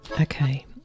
Okay